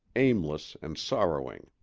aimless and sorrowing.